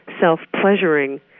self-pleasuring